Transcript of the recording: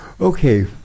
Okay